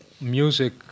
music